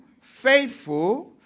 faithful